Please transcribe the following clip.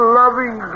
loving